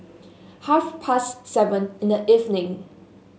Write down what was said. half past seven in the evening